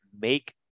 make